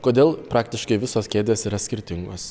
kodėl praktiškai visos kėdės yra skirtingos